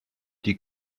die